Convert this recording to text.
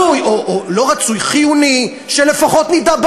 חיוני שלפחות נדע,